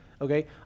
okay